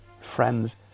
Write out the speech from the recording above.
friends